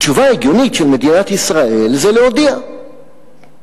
התשובה ההגיונית של מדינת ישראל היא להודיע היום,